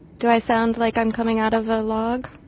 do i sound like i'm coming out of a log?